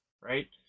Right